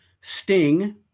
Sting